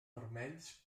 vermells